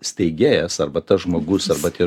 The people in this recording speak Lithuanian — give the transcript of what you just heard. steigėjas arba tas žmogus arba tie